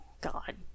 god